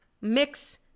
mix